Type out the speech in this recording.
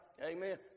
amen